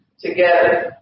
together